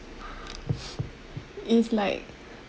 it's like